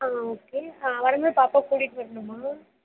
ஆ okay வரமோது பாப்பாவை கூட்டிகிட்டு வரணுமா